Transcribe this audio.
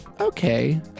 okay